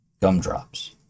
gumdrops